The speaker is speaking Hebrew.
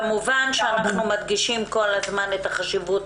כמובן שאנחנו מדגישים כל הזמן את חשיבות